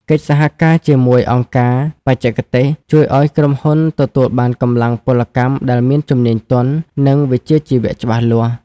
កិច្ចសហការជាមួយអង្គការបច្ចេកទេស ជួយឱ្យក្រុមហ៊ុនទទួលបានកម្លាំងពលកម្មដែលមានជំនាញទន់ និងវិជ្ជាជីវៈច្បាស់លាស់។